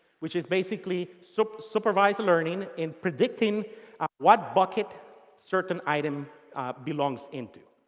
which is basically so supervised learning in predicting what bucket certain item belongs into.